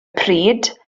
pryd